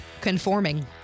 Conforming